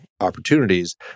opportunities